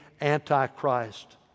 Antichrist